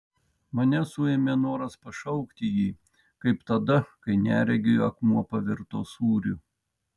mane suėmė noras pašaukti jį kaip tada kai neregiui akmuo pavirto sūriu